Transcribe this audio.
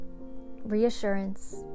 reassurance